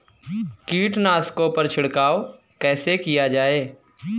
कीटनाशकों पर छिड़काव कैसे किया जाए?